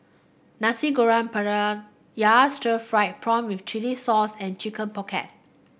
Nasi Goreng Pattaya Stir Fried Prawn with Chili Sauce and Chicken Pocket